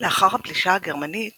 לאחר הפלישה הגרמנית